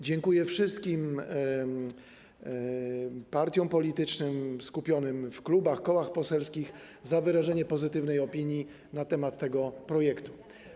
Dziękuję wszystkim partiom politycznym skupionym w klubach, kołach poselskich za wyrażenie pozytywnej opinii na temat tego projektu.